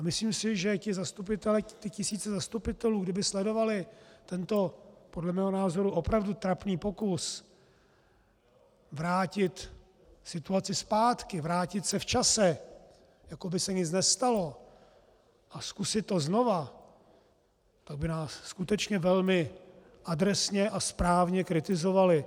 Myslím si, že ti zastupitelé, ty tisíce zastupitelů, kdyby sledovali tento podle mého názoru opravdu trapný pokus vrátit situaci zpátky, vrátit se v čase, jako by se nic nestalo, a zkusit to znovu, tak by nás skutečně velmi adresně a správně kritizovali.